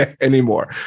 anymore